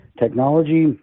technology